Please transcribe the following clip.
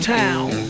town